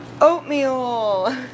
oatmeal